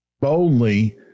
boldly